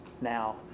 now